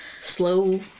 slow